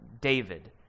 David